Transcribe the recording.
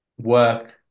Work